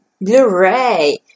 Blu-ray